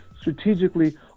strategically